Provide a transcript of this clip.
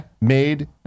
made